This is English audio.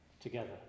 together